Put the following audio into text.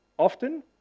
Often